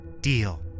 Deal